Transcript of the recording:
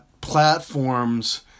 platforms